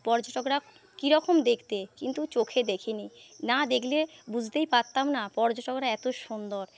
পর্যটকরা কীরকম দেখতে কিন্তু চোখে দেখিনি না দেখলে বুঝতেই পাততাম না পর্যটকরা এত সুন্দর